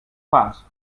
fas